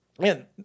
Man